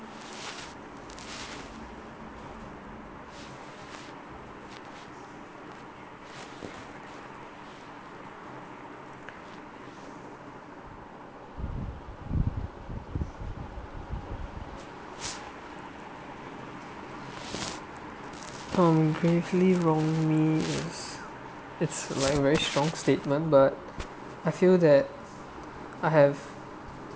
um gravefully wrong me is it's like a very strong statement but I feel that I have